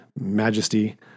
Majesty